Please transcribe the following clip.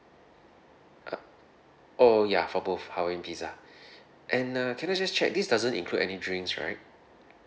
uh oh ya for both hawaiian pizza and uh can I just check this doesn't include any drinks right